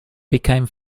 became